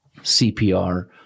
CPR